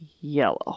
yellow